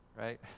right